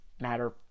matter